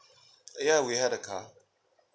uh ya we had a car